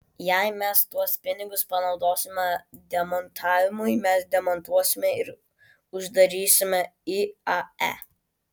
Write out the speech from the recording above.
jei mes tuos pinigus panaudosime demontavimui mes demontuosime ir uždarysime iae